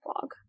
blog